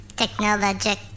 technologic